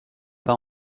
pas